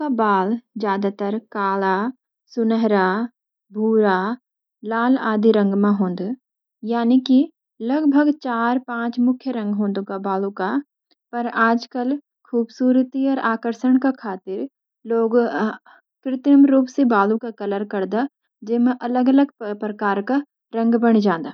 लोगों का बाल ज्यादातर काला, सुनहरा, भूरा, लाल आदि रंग मां हों दा। यानि कि लगभग चार पांच मुख्य रंग हों दा बालू का। पर आजकल खूबसूरती और आकर्षण का खातिर लोग कृत्रिम रूप सी बालों के रंग करदा जैसी अलग अलग प्रकार का रंग व्हाई जंदा।